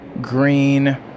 green